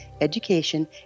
education